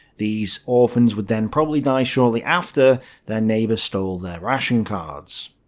these orphans would then probably die shortly after their neighbours stole their ration cards.